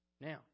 Now